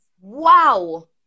Wow